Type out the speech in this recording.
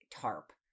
tarp